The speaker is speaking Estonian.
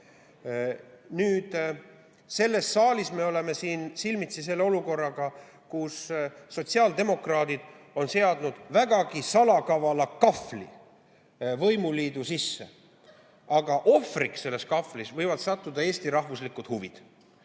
Selles saalis me oleme silmitsi olukorraga, kus sotsiaaldemokraadid on seadnud vägagi salakavala kahvli võimuliidu sisse. Aga ohvriks selles kahvlis võivad sattuda Eesti rahvuslikud huvid.